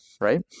right